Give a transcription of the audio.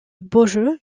beaujeu